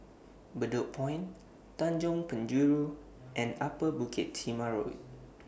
Bedok Point Tanjong Penjuru and Upper Bukit Timah Road